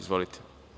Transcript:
Izvolite.